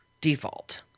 default